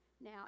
now